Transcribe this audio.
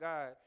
God